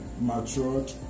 matured